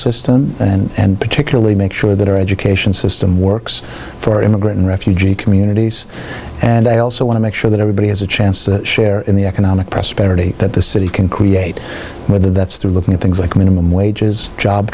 system and particularly make sure that our education system works for immigrant and refugee communities and i also want to make sure that everybody has a chance to share in the economic prosperity that the city can create whether that's through looking at things like minimum wages job